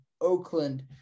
Oakland